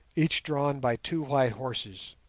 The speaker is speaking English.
each drawn by two white horses.